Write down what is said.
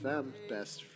Best